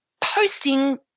posting